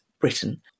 Britain